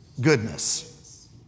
goodness